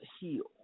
heal